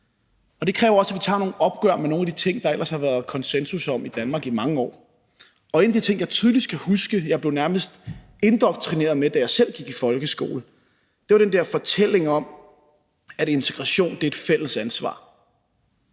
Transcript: Det kræver også, at vi tager nogle opgør med nogle af de ting, der ellers har været konsensus om i Danmark i mange år, og en af de ting, jeg tydeligst kan huske – jeg blev nærmest indoktrineret med det, da jeg selv gik i folkeskole – var den der fortælling om, at integration er et fælles ansvar.